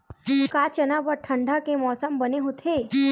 का चना बर ठंडा के मौसम बने होथे?